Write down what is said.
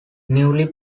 newly